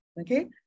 Okay